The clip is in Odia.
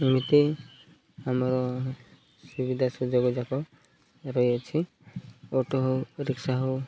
ଏମିତି ଆମର ସୁବିଧା ସୁଯୋଗ ଯାକ ରହିଅଛି ଅଟୋ ହଉ ରିକ୍ସା ହଉ